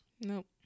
Nope